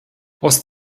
aus